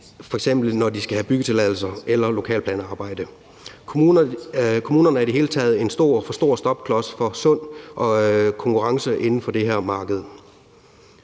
når de skal have byggetilladelser eller ved lokalplanarbejde. Kommunerne er i det hele taget en stor – for stor – stopklods for sund konkurrence inden for det her marked.